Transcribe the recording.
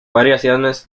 variaciones